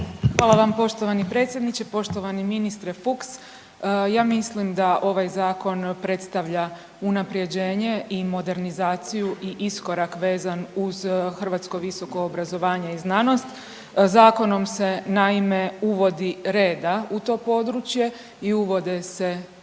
Hvala vam poštovani predsjedniče. Poštovani ministre Fuchs, ja mislim da ovaj zakon predstavlja unaprjeđenje i modernizaciju i iskorak vezan uz hrvatsko visoko obrazovanje i znanost. Zakonom se naime uvodi reda u to područje i uvode se